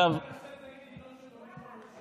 לא יפה לצאת נגד עיתון שתומך בממשלה.